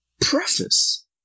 preface